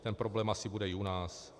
Ten problém asi bude i u nás.